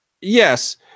yes